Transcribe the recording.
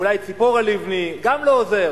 אולי "צפורה לבני" גם לא עוזר.